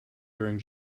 during